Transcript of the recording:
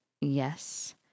Yes